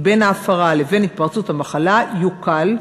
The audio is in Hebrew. בין ההפרה לבין התפרצות המחלה יוקל,